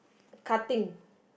cutting